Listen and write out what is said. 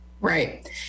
right